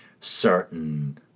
certain